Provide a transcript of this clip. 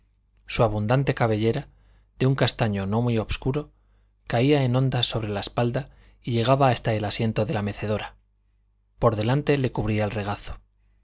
su abundante cabellera de un castaño no muy obscuro caía en ondas sobre la espalda y llegaba hasta el asiento de la mecedora por delante le cubría el regazo